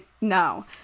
No